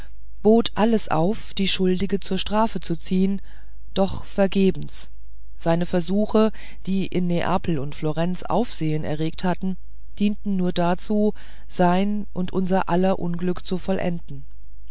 bot alles auf die schuldige zur strafe zu ziehen doch vergebens seine versuche die in neapel und florenz aufsehen erregt hatten dienten nur dazu sein und unser aller unglück zu vollenden